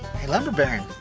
hey lumber baron,